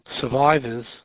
survivors